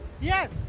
Yes